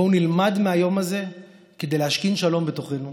בואו נלמד מהיום הזה כדי להשכין שלום בתוכנו.